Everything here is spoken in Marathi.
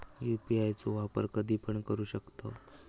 यू.पी.आय चो वापर कधीपण करू शकतव?